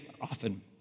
often